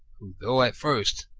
who, though at first,